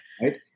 Right